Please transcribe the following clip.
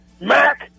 mac